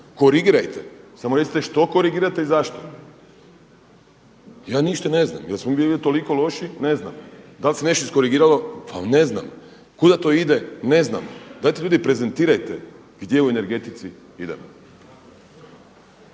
korigirajte. Samo recite što korigirate i zašto? Ja ništa ne znam. Jel' smo mi toliko loši? Ne znam. Da li se nešto iskorigiralo? Pa ne znam. Kuda to ide? Ne znamo. Dajte ljudi prezentirajte gdje u energetici idemo.